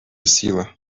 сила